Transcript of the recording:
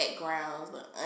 backgrounds